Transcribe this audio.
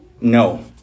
no